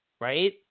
Right